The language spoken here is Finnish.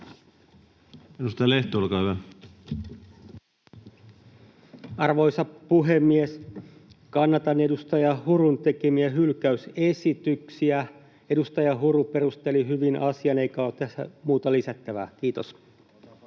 Content: Arvoisa puhemies! Kannatan edustaja Hurun tekemiä hylkäysesityksiä. Edustaja Huru perusteli hyvin asian, eikä ole tässä muuta lisättävää. — Kiitos.